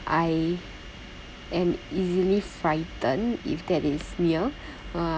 I am easily frightened if that is near uh